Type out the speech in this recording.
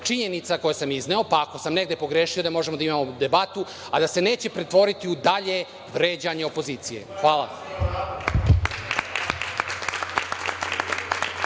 činjenica koje sam izneo, pa ako sam negde pogrešio da možemo da imamo debatu, a da se neće pretvoriti u dalje vređanje opozicije. Hvala.